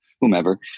whomever